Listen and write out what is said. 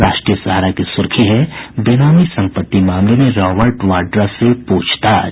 राष्ट्रीय सहारा की सुर्खी है बेनामी संपत्ति मामले में रॉबर्ट बाड्रा से पूछताछ